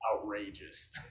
outrageous